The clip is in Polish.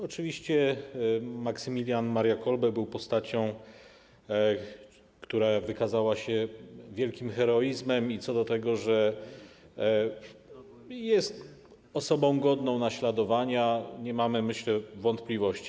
Oczywiście Maksymilian Maria Kolbe był postacią, która wykazała się wielkim heroizmem, i co do tego, że jest osobą godną naśladowania, nie mamy, jak myślę, wątpliwości.